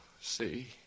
see